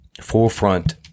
forefront